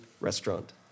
restaurant